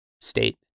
state